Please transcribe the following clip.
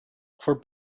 for